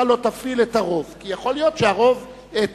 אתה לא תפעיל את הרוב, כי יכול להיות שהרוב טועה.